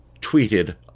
tweeted